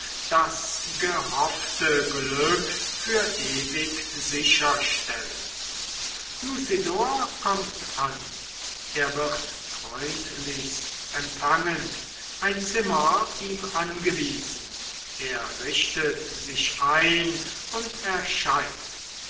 das gehoffte glück für ewig sicherstelle lucidor kommt an er wird freundlichst empfangen ein zimmer ihm angewiesen er richtet sich ein und erscheint